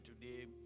today